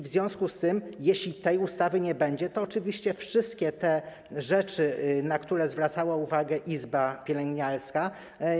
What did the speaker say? W związku z tym, jeśli tej ustawy nie będzie, to oczywiście wszystkie te rzeczy, na które zwracała uwagę izba pielęgniarska.